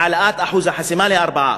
והעלאת אחוז החסימה ל-4%.